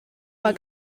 war